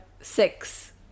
six